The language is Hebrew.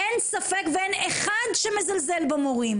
אין ספק ואין אחד שמזלזל במורים.